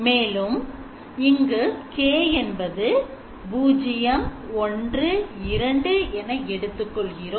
மேலும் இங்கு கே என்பது 012 என எடுத்துக் கொள்கிறோம்